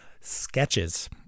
sketches